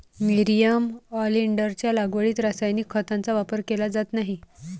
nerium ऑलिंडरच्या लागवडीत रासायनिक खतांचा वापर केला जात नाही